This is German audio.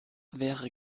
wäre